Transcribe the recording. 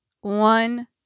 one